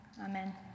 amen